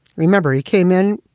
remember, he came in,